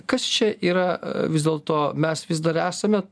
kas čia yra vis dėlto mes vis dar esame